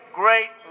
great